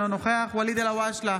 אינו נוכח ואליד אלהואשלה,